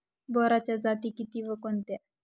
बोराच्या जाती किती व कोणत्या?